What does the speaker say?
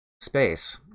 space